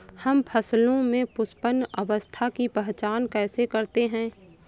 हम फसलों में पुष्पन अवस्था की पहचान कैसे करते हैं?